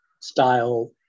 style